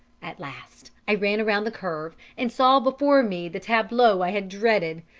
at last i ran round the curve, and saw before me the tableau i had dreaded.